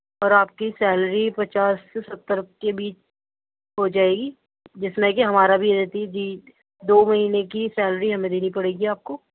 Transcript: اور آپ کی سیلری پچاس سے ستر کے بیچ ہو جائے گی جس میں کہ ہمارا بھی رہتی جی دو مہینے کی سیلری ہمیں دینی پڑے گی آپ کو